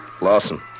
Lawson